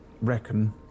reckon